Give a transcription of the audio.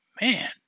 Man